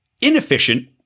inefficient